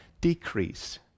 decrease